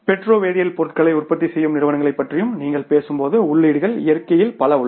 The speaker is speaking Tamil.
பெட்ரோ வேதியியல் பொருட்களை உற்பத்தி செய்யும் நிறுவனங்களைப் பற்றி நீங்கள் பேசும்போது உள்ளீடுகள் இயற்கையில் பல உள்ளன